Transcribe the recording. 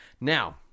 Now